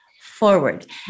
forward